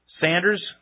Sanders